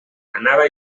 anava